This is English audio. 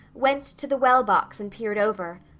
went to the wellbox and peered over.